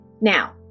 Now